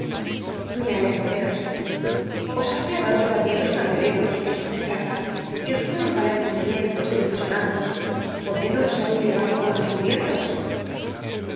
me alegro veros os habia dado tambien los candeleras que son de plata y os pueden valer muy bien doscientos francos por qué no los habeis llevado con los cubiertos